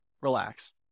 relax